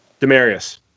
Demarius